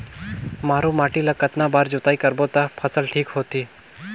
मारू माटी ला कतना बार जुताई करबो ता फसल ठीक होती?